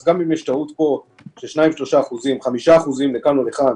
אז גם אם יש טעות פה ב-2%, 3%, 5% לכאן ולכאן,